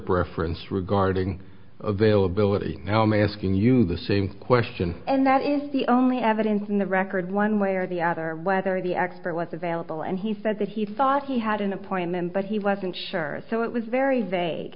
excerpt reference regarding availability now i'm asking you the same question and that is the only evidence in the record one way or the other whether the expert was available and he said that he thought he had an appointment but he wasn't sure so it was very vague